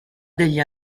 degli